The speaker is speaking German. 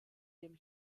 dem